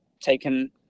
taken